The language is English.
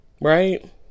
right